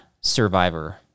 Survivor